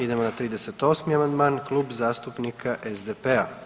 Idemo na 38. amandman Klub zastupnika SDP-a.